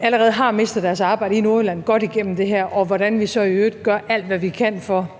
allerede har mistet deres arbejde, i Nordjylland godt igennem det her, og hvordan vi så i øvrigt gør alt, hvad vi kan, for